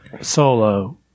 Solo